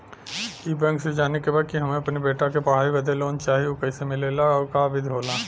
ई बैंक से जाने के बा की हमे अपने बेटा के पढ़ाई बदे लोन चाही ऊ कैसे मिलेला और का विधि होला?